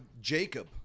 Jacob